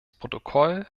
protokoll